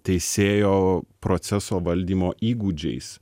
teisėjo proceso valdymo įgūdžiais